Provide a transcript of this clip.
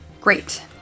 Great